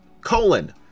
colon